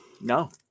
No